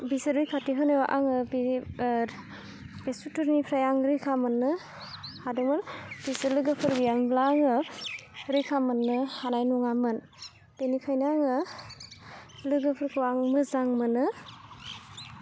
बिसोर रैखाथि होनो आङो बि बे सुथुरनिफ्राय आं रैखा मोननो हादोंमोन बिसोर लोगोफोर गैयामोनब्ला आङो रैखा मोननो हानाय नङामोन बेनिखायनो आङो लोगोफोरखौ आं मोजां मोनो